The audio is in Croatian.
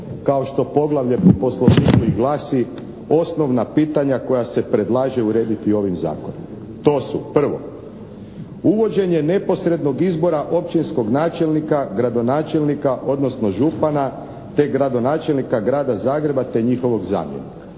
kao što poglavlje po Poslovniku i glasi, osnovna pitanja koja se predlaže urediti ovim zakonom. To su: Prvo, uvođenje neposrednog izbora općinskog načelnika, gradonačelnika, odnosno župana, te gradonačelnika Grada Zagreba te njihovog zamjenika.